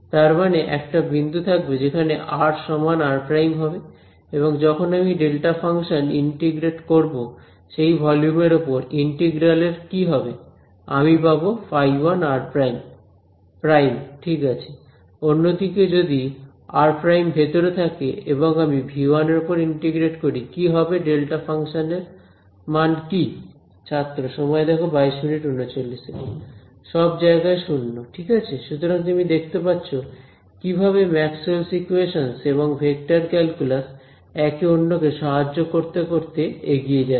তার মানে একটা বিন্দু থাকবে যেখানে r সমান r হবে এবং যখন আমি ডেল্টা ফাংশন ইন্টিগ্রেট করব সেই ভলিউম এর ওপর ইন্টিগ্রাল এর কি হবে আমি পাব ϕ1r′ প্রাইম ঠিক আছে অন্যদিকে যদি r ভেতরে থাকে এবং আমি V 1এর ওপর ইন্টিগ্রেট করি কি হবে ডেল্টা ফাংশানের মান কি ছাত্র সব জায়গায় 0 ঠিক আছে সুতরাং তুমি দেখতে পাচ্ছো কিভাবে ম্যাক্সওয়েলস ইকোয়েশনস Maxwell's equations এবং ভেক্টর ক্যালকুলাস একে অন্যকে সাহায্য করতে করতে এগিয়ে যাচ্ছে